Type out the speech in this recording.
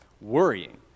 worrying